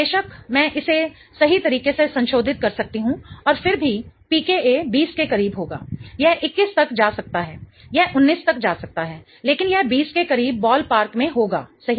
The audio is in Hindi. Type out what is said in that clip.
बेशक मैं इसे सही तरीके से संशोधित कर सकती हूं और फिर भी pKa 20 के करीब होगा यह 21 तक जा सकता है यह 19 तक जा सकता है लेकिन यह 20 के करीब बॉलपार्क में होगा सही